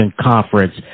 Conference